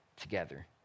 together